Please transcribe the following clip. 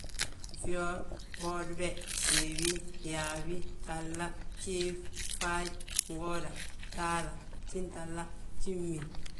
Fyoof, bwodibe, gsiibi, gyaabi, gtahla, gjiif, faaj, ngooda gtahla, gjintahla, gjimin